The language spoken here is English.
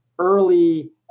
Early